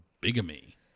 bigamy